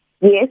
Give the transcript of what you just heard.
Yes